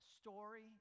story